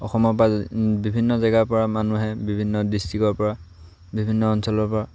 অসমৰপৰা বিভিন্ন জেগাৰপৰা মানুহে বিভিন্ন ডিষ্ট্ৰিকৰপৰা বিভিন্ন অঞ্চলৰপৰা